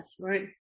right